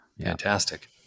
Fantastic